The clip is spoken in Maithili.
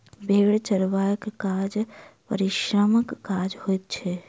भेंड़ चरयबाक काज परिश्रमक काज होइत छै